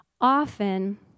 often